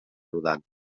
rodant